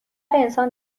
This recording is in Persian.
انسان